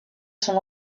son